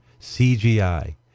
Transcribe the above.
CGI